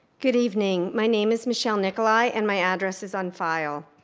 good evening. my name is michelle nicolai and my address is on file.